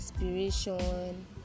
inspiration